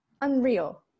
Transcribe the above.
unreal